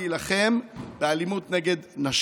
היא שצריך להיאבק באלימות נגד נשים.